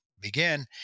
begin